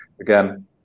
again